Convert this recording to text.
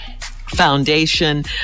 Foundation